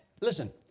Listen